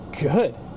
good